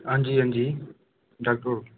हां जी हां जी डाक्टर होर